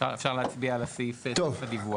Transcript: אפשר להצביע על הסעיף של הדיווח.